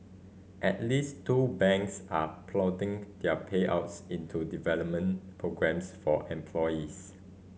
at least two banks are ploughing their payouts into development programmes for employees